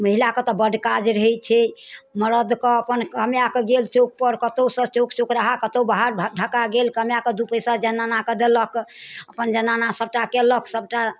महिलाके तऽ बड्ड काज रहै छै मरदके अपन कमाय कऽ गेल चौकपर कतौसँ चौक चौराहा कतौसँ कतौ बाहर ढ़ाका गेल कमाकऽ दू पैसा जनानाके देलक अपन जनाना सभटा केलक सभटा